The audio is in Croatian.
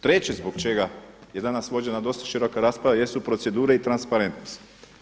Treće zbog čega je danas vođena dosta široka rasprava jesu procedure i transparentnost.